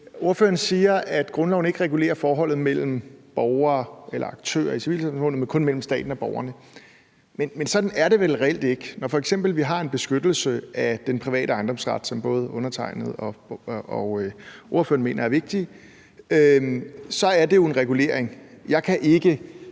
Ordføreren siger, at grundloven ikke regulerer forholdet mellem borgere eller aktører i civilsamfundet, men kun mellem staten og borgeren. Men sådan er det vel reelt ikke. Når vi f.eks. har en beskyttelse af den private ejendomsret, som både undertegnede og ordføreren mener er vigtig, så er det jo en regulering. Jeg kan ikke